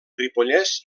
ripollès